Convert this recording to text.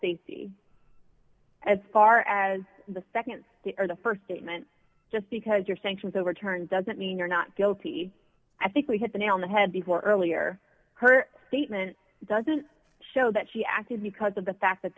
safety as far as the nd or the st statement just because your sanctions overturned doesn't mean you're not guilty i think we had the nail in the head before earlier her statement doesn't show that she acted because of the fact that